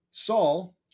Saul